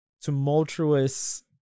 tumultuous